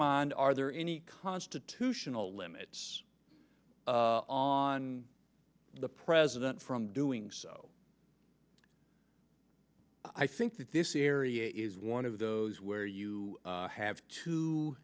mind are there any constitutional limits on the president from doing so i think that this area is one of those where you have t